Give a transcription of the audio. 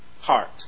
heart